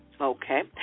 Okay